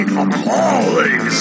appalling